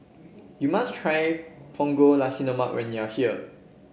you must try Punggol Nasi Lemak when you are here